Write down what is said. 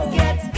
get